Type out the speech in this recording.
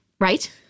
Right